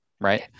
right